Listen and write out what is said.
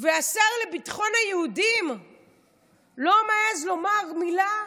והשר לביטחון היהודים לא מעז לומר מילה,